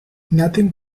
nothing